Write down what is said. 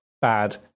bad